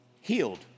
healed